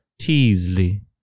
Teasley